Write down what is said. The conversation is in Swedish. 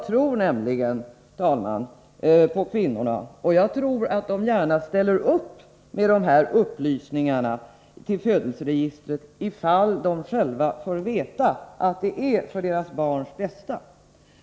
Jag tror nämligen, herr talman, på kvinnorna, och jag utgår från att de gärna ger de önskade upplysningarna till födelseregistret, ifall de själva får veta att det är för deras barns bästa.